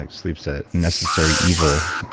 like sleep's a necessary evil.